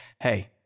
hey